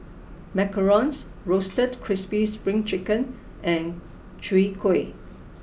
macarons roasted crispy spring chicken and Chwee Kueh